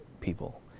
people